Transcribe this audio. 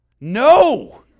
No